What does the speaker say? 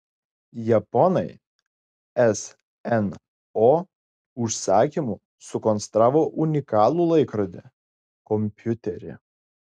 japonai sno užsakymu sukonstravo unikalų laikrodį kompiuterį